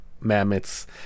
mammoths